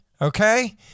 Okay